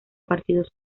partidos